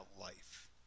life